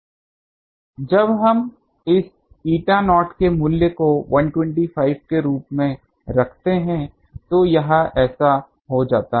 जब हम इस eta नॉट के मूल्य को 125 के रूप में रखते हैं तो यह ऐसा हो जाता है